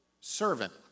Servant